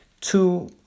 Two